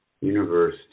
universe